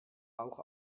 auch